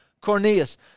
Cornelius